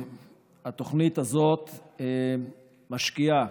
התוכנית הזאת משקיעה